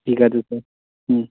ঠিক আছে স্যার হুম